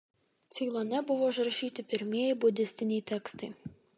ceilone buvo užrašyti pirmieji budistiniai tekstai